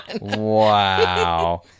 Wow